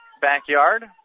backyard